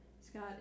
Scott